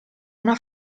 una